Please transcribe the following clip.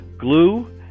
glue